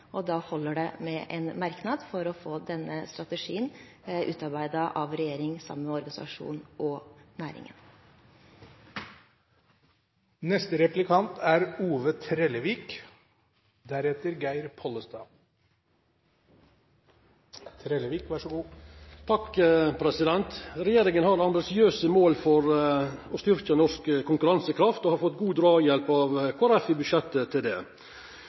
og da holder det med en merknad for å få denne strategien utarbeidet av regjeringen, i samarbeid med organisasjoner og næringslivet. Regjeringa har ambisiøse mål for å styrkja norsk konkurransekraft og har fått god draghjelp av Kristeleg Folkeparti i budsjettet til det.